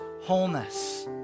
wholeness